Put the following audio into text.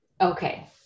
Okay